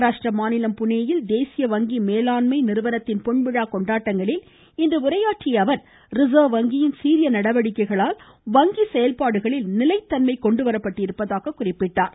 மஹாராஷ்டிரா மாநிலம் புனேயில் தேசிய வங்கி மேலாண்மை நிறுவனத்தின் பொன்விழா கொண்டாட்டங்களில் இன்று உரையாற்றிய அவர் ரிசர்வ் வங்கியின் சீரிய நடவடிக்கைகளால் வங்கி செயல்பாடுகளில் நிலைத்தன்மை கொண்டுவரப் பட்டிருப்பதாகவும் குறிப்பிட்டார்